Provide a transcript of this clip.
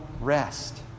rest